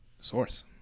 source